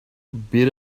beat